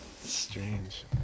Strange